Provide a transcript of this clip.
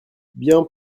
bien